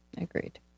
Agreed